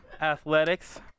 athletics